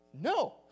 no